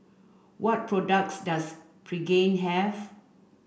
what products does Pregain have